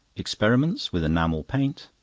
experiments with enamel paint.